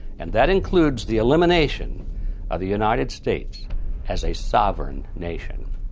and that includes the elimination of the united states as a sovereign nation.